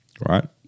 right